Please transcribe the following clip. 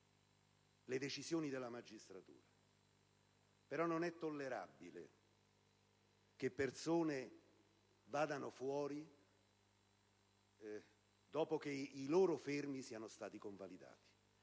le decisioni della magistratura, però non è tollerabile che delle persone siano rilasciate dopo che i loro fermi sono stati convalidati.